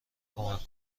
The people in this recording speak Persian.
کمک